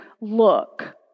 look